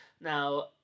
Now